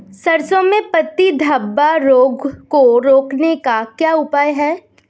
सरसों में पत्ती धब्बा रोग को रोकने का क्या उपाय है?